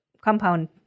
compound